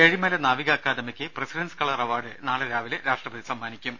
ഏഴിമല നാവിക അക്കാദമിക്ക് president's colour award നാളെ രാവിലെ രാഷ്ട്രപതി സമ്മാനിക്കും